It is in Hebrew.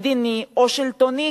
מדיני או שלטוני,